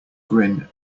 grin